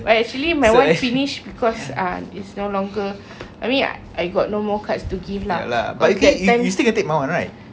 well actually my one finish because uh it's no longer I mean I got no more cards to give lah but that time